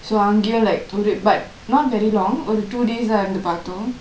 so அங்கையும்:angkaiyum like but not very longk ஒறு:oru two days தான் இருந்து பார்த்தோம்:thaan irunthu paarthom